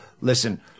Listen